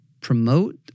promote